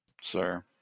Sir